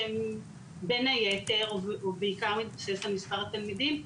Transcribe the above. שבין היתר בעיקר מתבסס על מספר התלמידים,